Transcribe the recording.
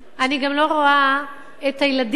אני גם לא רואה את הילדים,